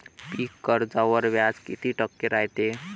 पीक कर्जावर व्याज किती टक्के रायते?